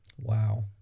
Wow